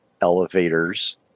elevators